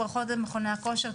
בכות למכוני הכושר.